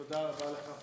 תודה רבה לך,